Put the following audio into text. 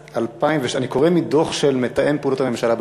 אני קורא מדוח של מתאם פעולות הממשלה בשטחים: